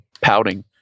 pouting